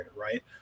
right